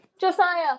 Josiah